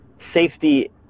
Safety